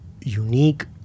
unique